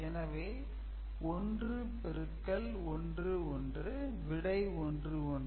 எனவே 1 பெருக்கல் 1 1 விடை 1 1